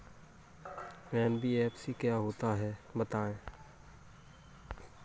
NBFC क्या होता है बताएँ?